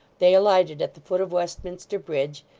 they alighted at the foot of westminster bridge,